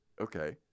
Okay